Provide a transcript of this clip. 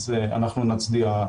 אז אנחנו נצדיע.